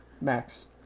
Max